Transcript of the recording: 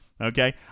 okay